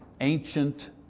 ancient